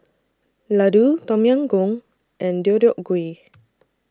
Ladoo Tom Yam Goong and Deodeok Gui